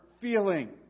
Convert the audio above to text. feeling